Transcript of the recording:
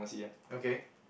okay